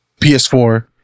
PS4